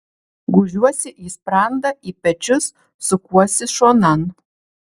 gūžiuosi į sprandą į pečius sukuosi šonan